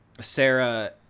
Sarah